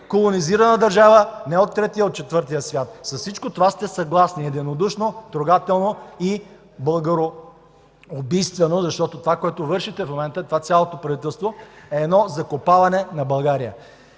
колонизирана държава не от третия, а от четвъртия свят. С всичко това сте съгласни единодушно, трогателно и българоубийствено, защото това, което вършите в момента – цялото правителство, е едно закопаване на България.